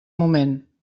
moment